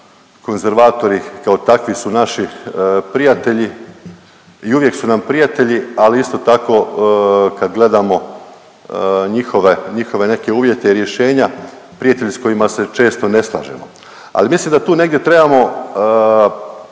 konzervatori kao takvi su naši prijatelji i uvijek su nam prijatelji ali isto tako kad gledamo njihove, njihove neke uvjete i rješenja, prijatelji s kojima se često ne slažemo. Ali mislim da tu negdje trebamo